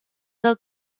del